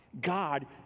God